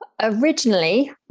Originally